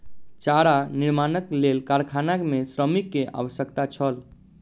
चारा निर्माणक लेल कारखाना मे श्रमिक के आवश्यकता छल